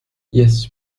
yes